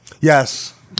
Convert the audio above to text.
Yes